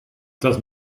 dat